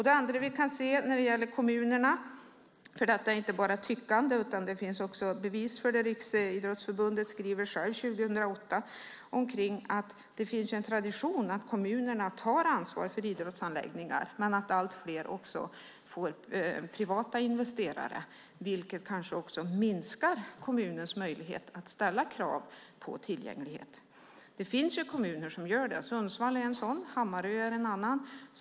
Det andra vi kan se när det gäller kommunerna - det är inte bara tyckande, utan det finns också bevis för det, för Riksidrottsförbundet skriver själv om detta år 2008 - är att det finns en tradition att kommunerna tar ansvar för idrottsanläggningar men att allt fler anläggningar får privata investerare, vilket kanske minskar kommunens möjligheter att ställa krav på tillgänglighet. Det finns kommuner som ställer sådana krav. Sundsvall är en sådan, och Hammarö är en annan.